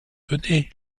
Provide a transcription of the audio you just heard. venez